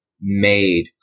made